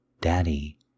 Daddy